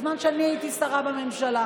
בזמן שאני הייתי שרה בממשלה.